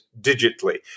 digitally